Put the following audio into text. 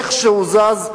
איך שהוא זז,